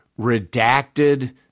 redacted